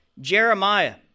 Jeremiah